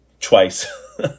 twice